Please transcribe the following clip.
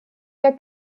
der